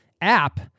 app